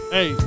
Hey